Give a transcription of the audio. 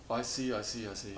I see I see I see